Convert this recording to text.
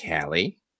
Callie